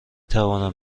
توانم